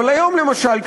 אבל היום למשל,